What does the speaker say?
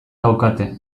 daukate